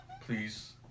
Please